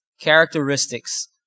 characteristics